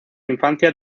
infancia